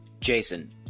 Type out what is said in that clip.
Jason